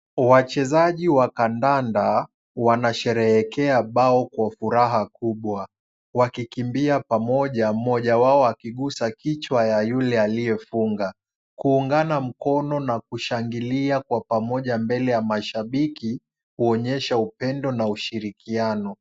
Wachezaji wa kandanda, wanasherehekea bao kwa furaha kubwa, wakikimbia pamoja mmoja wao akigusa kichwa ya yule aliyefunga. Kuungana mkono na kushangilia kwa pamoja mbele ya mashabiki, huonyesha upendo na ushirikiano.